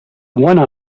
one